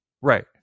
Right